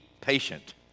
patient